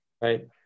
Right